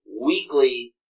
weekly